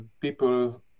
people